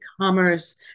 commerce